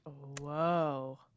Whoa